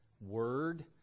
word